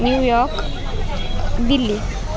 New York Delhi